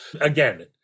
again